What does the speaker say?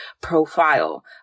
profile